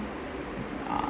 uh